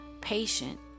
Patient